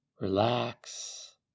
relax